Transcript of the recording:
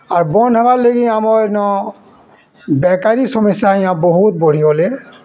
ଆର୍ ବନ୍ଦ୍ ହେବାର୍ ଲାଗି ଆମର୍ ଇନ ବେକାରୀ ସମସ୍ୟା ଆଜ୍ଞା ବହୁତ୍ ବଢ଼ିଗଲେ